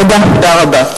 תודה רבה.